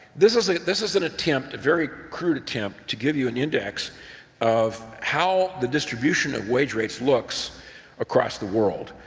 this is like this is an attempt, very crude attempt to give you an index of how the distribution of wage rates looks across the world.